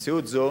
במציאות זו